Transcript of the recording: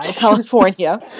California